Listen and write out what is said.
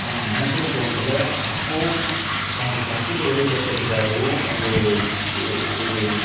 அவங்க மனசுல தோண்றதை அப்போ அவங்க கஷ்டத்தை வெளிப்படுத்துறதுக்காகவும் அந்த க ஒரு